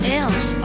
else